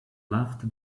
loved